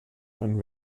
einen